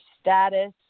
status